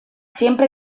siempre